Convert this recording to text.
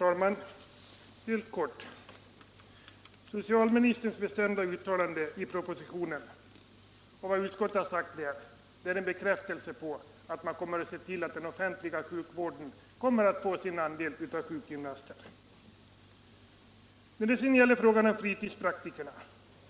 Herr talman! Socialministerns bestämda uttalande i propositionen och utskottets uttalande på denna punkt är en bekräftelse på att man kommer att se till att den offentliga sjukvården får sin andel av sjukgymnaster. När det gäller frågan om fritidspraktikerna